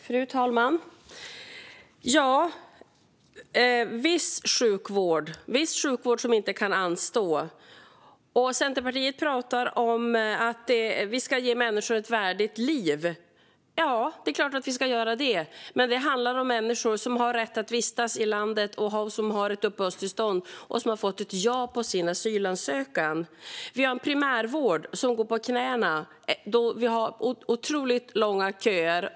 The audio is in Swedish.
Fru talman! Det gäller viss sjukvård som inte kan anstå. Centerpartiet pratar om att vi ska ge människor ett värdigt liv. Ja, det är klart att vi ska göra det, men det handlar om människor som har rätt att vistas i landet, som har ett uppehållstillstånd och som har fått ett ja på sin asylansökan. Vi har en primärvård som går på knäna. Vi har otroligt långa köer.